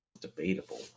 Debatable